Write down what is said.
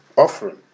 Offering